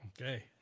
Okay